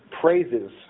praises